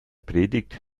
predigt